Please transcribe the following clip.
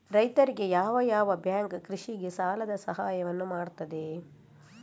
ರೈತರಿಗೆ ಯಾವ ಯಾವ ಬ್ಯಾಂಕ್ ಕೃಷಿಗೆ ಸಾಲದ ಸಹಾಯವನ್ನು ಮಾಡ್ತದೆ?